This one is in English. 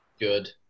Good